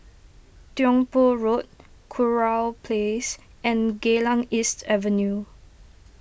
Tiong Poh Road Kurau Place and Geylang East Avenue